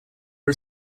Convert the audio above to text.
are